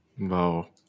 Wow